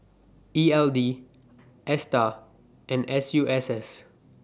E L D ASTAR and S U S S